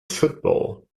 football